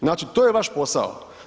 Znači to je vaš posao.